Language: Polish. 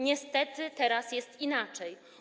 Niestety, teraz jest inaczej.